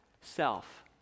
self